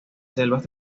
selvas